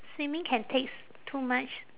swimming can takes too much